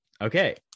Okay